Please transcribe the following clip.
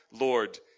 Lord